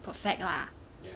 perfect lah